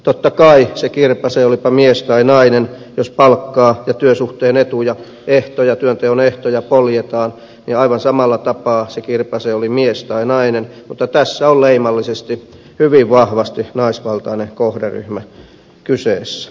totta kai se kirpaisee olipa mies tai nainen jos palkkaa ja työsuhteen ehtoja poljetaan aivan samalla tapaa se kirpaisee oli mies tai nainen mutta tässä on leimallisesti hyvin vahvasti naisvaltainen kohderyhmä kyseessä